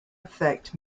effect